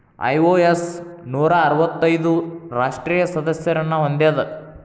IOS ನೂರಾ ಅರ್ವತ್ತೈದು ರಾಷ್ಟ್ರೇಯ ಸದಸ್ಯರನ್ನ ಹೊಂದೇದ